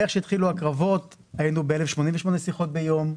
איך שהתחילו הקרבות היינו ב-1,088 שיחות ביום,